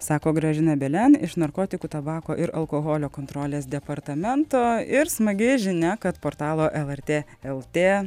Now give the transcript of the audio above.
sako gražina belen iš narkotikų tabako ir alkoholio kontrolės departamento ir smagi žinia kad portalo lrt lt